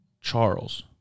Charles